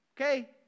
Okay